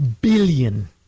billion